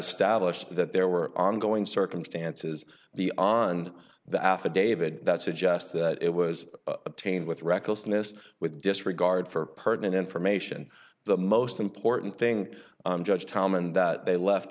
established that there were ongoing circumstances the on the affidavit that suggests that it was obtained with recklessness with disregard for pertinent information the most important thing judge tom and that they left